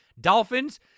Dolphins